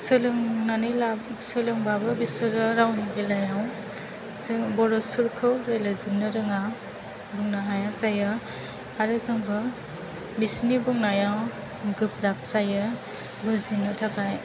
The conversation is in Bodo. सोलोंनानै लाब सोलोंबाबो बिसोरो रावनि बेलायाव जों बर' सुरखौ रायलायजोबनो रोङा बुंनो हाया जायो आरो जोंबो बिसोरनि बुंनाया गोब्राब जायो बुजिनो थाखाय